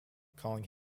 calling